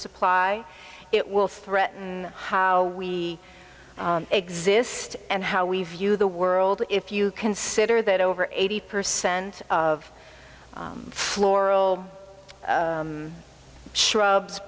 supply it will threaten how we exist and how we view the world if you consider that over eighty percent of floral shrubs